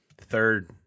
third